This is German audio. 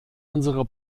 unsere